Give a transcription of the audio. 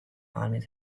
armies